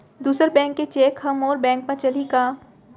दूसर बैंक के चेक ह मोर बैंक म चलही का?